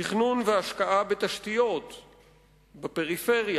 תכנון והשקעה בתשתיות בפריפריה,